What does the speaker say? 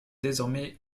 désormais